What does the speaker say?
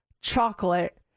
chocolate